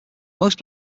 most